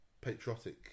patriotic